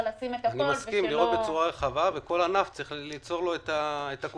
אני מסכים שצריך לראות את התמונה בצורה